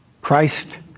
Christ